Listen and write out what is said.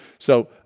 so